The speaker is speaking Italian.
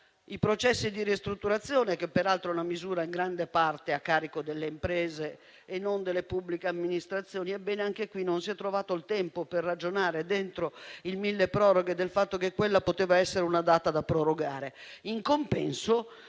i processi di ristrutturazione, e che peraltro è una misura in gran parte a carico delle imprese e non delle pubbliche amministrazioni. Ebbene, anche in questo caso non si è trovato il tempo per ragionare in occasione del cosiddetto milleproroghe sul fatto che quella poteva essere una data da prorogare.